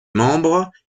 membres